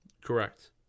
Correct